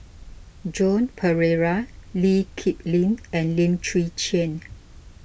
Joan Pereira Lee Kip Lin and Lim Chwee Chian